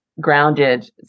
grounded